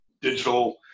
digital